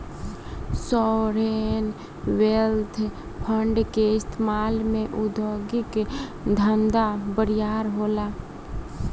sovereign wealth fund के इस्तमाल से उद्योगिक धंधा बरियार होला